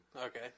Okay